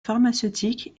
pharmaceutiques